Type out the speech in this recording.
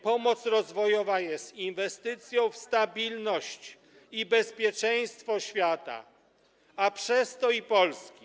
Pomoc rozwojowa jest inwestycją w stabilność i bezpieczeństwo świata, a przez to i Polski.